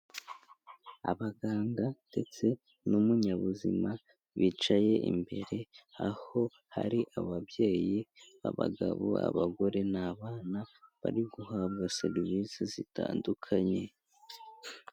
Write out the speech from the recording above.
Abaganga ndetse n'umunyabuzima bicaye imbere, aho hari ababyeyi, abagabo, abagore n'abana bari guhabwa serivisi zitandukanye.